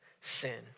sin